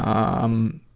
um,